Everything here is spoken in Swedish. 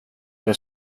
jag